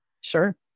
Sure